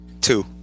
Two